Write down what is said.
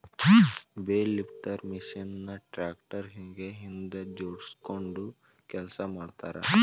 bale lifter machine ನ tractor ಗೆ ಹಿಂದ್ ಜೋಡ್ಸ್ಕೊಂಡು ಕೆಲಸ ಮಾಡ್ತಾರ